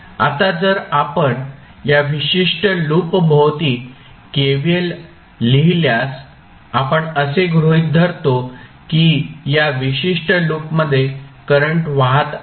आता जर आपण या विशिष्ट लूप भोवती KVL लिहिल्यास आपण असे गृहित धरतो की या विशिष्ट लूपमध्ये करंट वाहात आहे